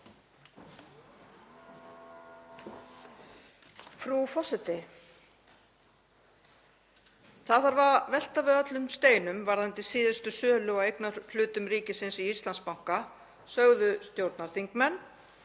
Frú forseti. Það þarf að velta við öllum steinum varðandi síðustu sölu á eignarhlutum ríkisins í Íslandsbanka, sögðu stjórnarþingmenn,